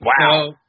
Wow